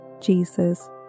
Jesus